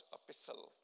epistle